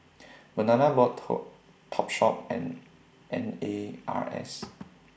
Banana Boat toe Topshop and N A R S